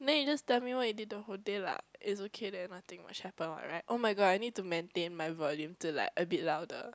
then you just tell me what you did the whole day lah it okay then nothing much happen [what] right [oh]-my-god I need to maintain my volume to like a bit louder